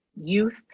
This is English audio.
youth